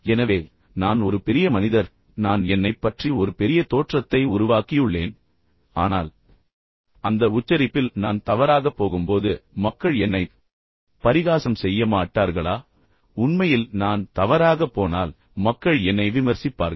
எனவே நான் ஒரு பெரிய மனிதர் நான் என்னைப் பற்றி ஒரு பெரிய தோற்றத்தை உருவாக்கியுள்ளேன் ஆனால் அந்த உச்சரிப்பில் நான் தவறாகப் போகும்போது மக்கள் என்னைப் பரிகாசம் செய்ய மாட்டார்களா உண்மையில் நான் தவறாகப் போனால் மக்கள் என்னை விமர்சிப்பார்கள்